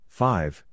five